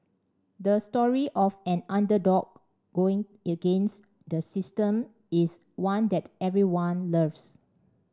the story of an underdog going against the system is one that everyone loves